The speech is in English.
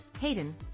Hayden